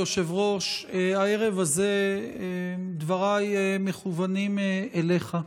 אדוני היושב-ראש, הערב הזה דבריי מכוונים אליך.